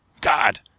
God